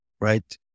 right